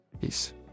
Peace